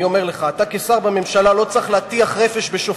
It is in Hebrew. אתה, כשר בממשלה, לא צריך להטיח רפש בשופטים.